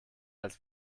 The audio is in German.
als